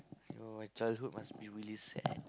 !aiyo! my childhood must be really sad